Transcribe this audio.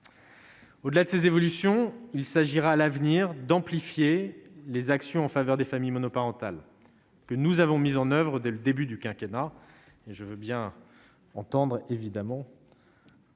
Au-delà de ces évolutions, il s'agira à l'avenir d'amplifier les actions en faveur des familles monoparentales, que nous avons mis en oeuvre dès le début du quinquennat